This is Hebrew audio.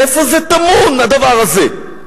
איפה זה טמון, הדבר הזה?